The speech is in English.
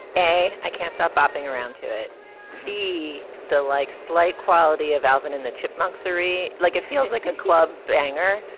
hey, i can't stop bopping around to it be the like slight quality of alvin and the chipmunks three. like it feels like a club banger,